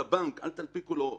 לבנק אומרים: אל תנפיקו לו צ'קים,